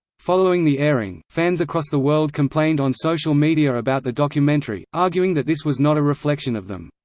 following the airing, fans across the world complained on social media about the documentary, arguing that this was not a reflection of them.